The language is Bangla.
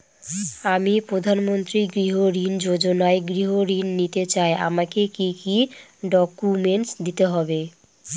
আমি প্রধানমন্ত্রী গৃহ ঋণ যোজনায় গৃহ ঋণ নিতে চাই আমাকে কি কি ডকুমেন্টস দিতে হবে?